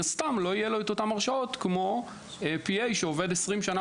הסתם לא יהיו לו אותן הרשאות כמו P.A שעובד 20 שנה